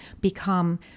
become